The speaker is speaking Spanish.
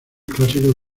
clásicos